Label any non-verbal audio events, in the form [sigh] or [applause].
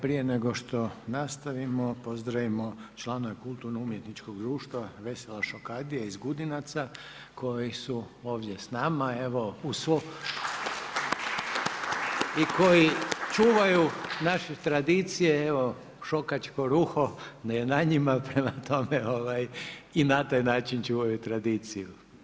Prije nego što nastavimo, pozdravimo članove Kulturno umjetničkog društva Vesela šokadija iz Gudinaca koji su ovdje s nama, evo u svo … [applause] i koji čuvaju naše tradicije, evo šokačko ruho je na njima, prema tome i na taj način čuvaju tradiciju.